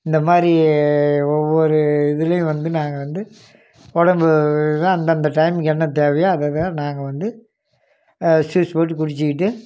இந்த மாதிரி ஒவ்வொரு இதுலேயும் வந்து நாங்கள் வந்து உடம்பு இது தான் அந்தந்த டைம்க்கு என்ன தேவையோ அதை தான் நாங்கள் வந்து ஜூஸ் போட்டு குடிச்சிக்கிட்டு